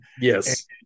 Yes